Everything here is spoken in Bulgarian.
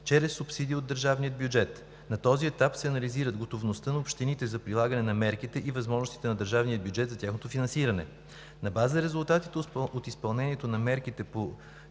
чрез субсидии от държавния бюджет. На този етап се анализират готовността на общините за прилагане на мерките и възможностите на държавния бюджет за тяхното финансиране. На база резултатите от изпълнението на мерките по